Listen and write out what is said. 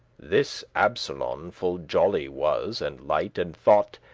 this absolon full jolly was and light, and thought,